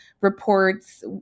reports